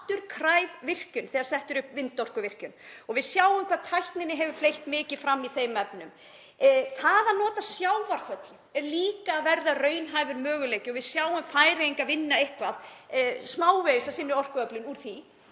Það er að fullu afturkræf virkjun þegar sett er upp vindorkuvirkjun og við sjáum hvað tækninni hefur fleygt mikið fram í þeim efnum. Það að nota sjávarföll er líka að verða raunhæfur möguleiki og við sjáum Færeyinga vinna eitthvað smávegis af sinni orku úr því